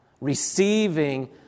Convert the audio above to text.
receiving